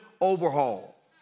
overhaul